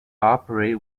operate